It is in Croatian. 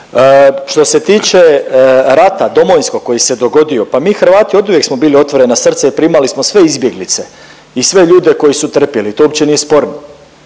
Što se tiče rata Domovinskog koji se dogodio, pa mi Hrvati oduvijek smo bili otvorena srca i primali smo sve izbjeglice i sve ljude koji su trpjeli, to uopće nije sporno.